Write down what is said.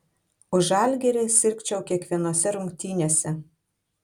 už žalgirį sirgčiau kiekvienose rungtynėse